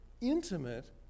intimate